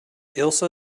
ilse